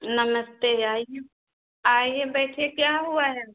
नमस्ते आइए आइए बैठिए क्या हुआ है